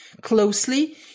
closely